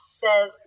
says